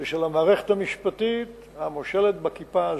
ושל המערכת המשפטית המושלת בכיפה הזאת,